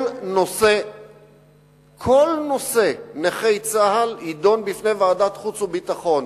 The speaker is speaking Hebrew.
כל נושא נכי צה"ל יידון בפני ועדת החוץ והביטחון.